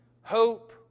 Hope